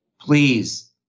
please